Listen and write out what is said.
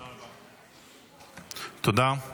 תודה.